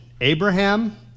Abraham